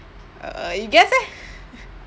uh you guess eh